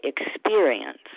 experience